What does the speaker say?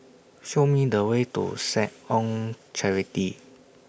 Show Me The Way to Seh Ong Charity